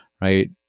right